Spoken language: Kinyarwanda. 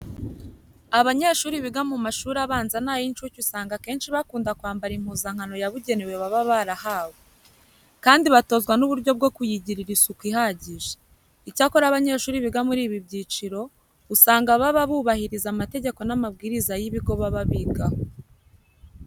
Abanyeshuri biga mu mashuri abanza n'ay'incuke usanga akenshi bakunda kwambara impuzankano yabugenewe baba barahawe, kandi batozwa n'uburyo bwo kuyigirira isuku ihagije. Icyakora abanyeshuri biga muri ibi byiciro, usanga baba bubahiriza amategeko n'amabwiriza y'ibigo baba bigaho.